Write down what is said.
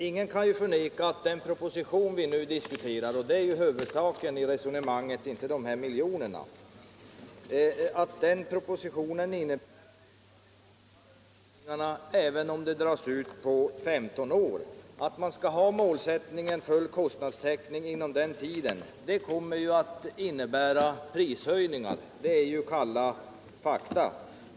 Ingen kan förneka att den proposition vi nu diskuterar — det är den som är huvudsaken i resonemanget och inte de 90 miljonerna — innebär ökade kostnader för tidningarna, även om höjningarna dras ut på 15 år. Målsättningen full kostnadstäckning inom den tiden kommer att innebära prishöjningar — det är kalla fakta.